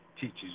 teaches